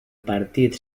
partit